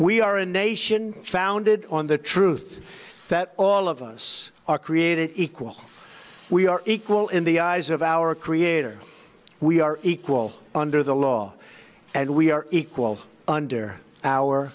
we are a nation founded on the truth that all of us are created equal we are equal in the eyes of our creator we are equal under the law and we are equal under our